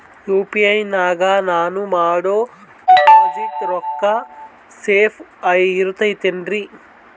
UPI ನಾಗ ನಾನು ಮಾಡೋ ಡಿಪಾಸಿಟ್ ರೊಕ್ಕ ಸೇಫ್ ಇರುತೈತೇನ್ರಿ?